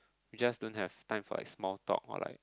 we just don't have time for like small talk or like